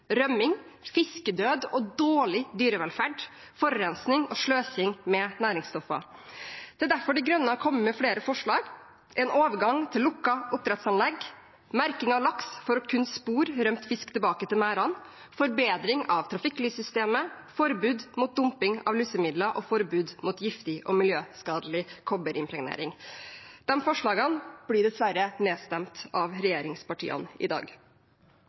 rømming, fiskedød og dårlig dyrevelferd, forurensing og sløsing med næringsstoffer. Det er derfor De Grønne har kommet med flere forslag: en overgang til lukkede oppdrettsanlegg merking av laks for å kunne spore rømt fisk tilbake til merdene forbedring av trafikklyssystemet forbud mot dumping av lusemidler forbud mot giftig og miljøskadelig kobberimpregnering Disse forslagene blir dessverre nedstemt av regjeringspartiene i dag.